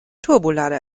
turbolader